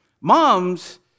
Moms